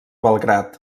belgrad